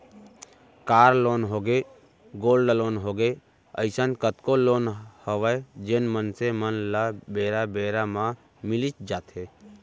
car loan होगे, gold loan होगे, अइसन कतको लोन हवय जेन मनसे मन ल बेरा बेरा म मिलीच जाथे